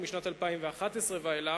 ומשנת 2011 ואילך,